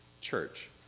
church